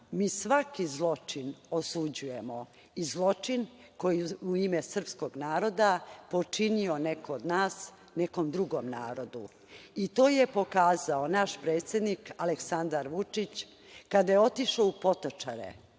mi svaki zločin osuđujemo i zločin koji u ime srpskog naroda počinio neko od nas nekom drugom narodu i to je pokazao naš predsednik Aleksandar Vučić kada je otišao u Potočare